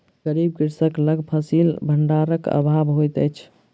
गरीब कृषक लग फसिल भंडारक अभाव होइत अछि